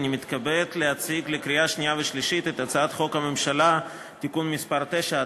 אני מתכבד להציג את הצעת חוק הממשלה (תיקון מס' 9),